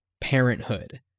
parenthood